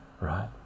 right